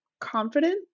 confident